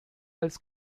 als